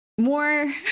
More